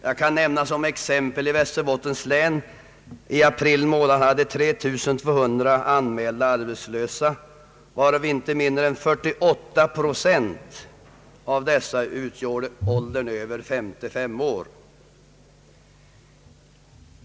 Som exempel kan jag nämna att i Västerbottens län hade man i april månad 3 200 anmälda arbetslösa, varav inte mindre än 48 procent var över 55 år.